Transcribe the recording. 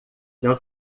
não